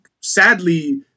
sadly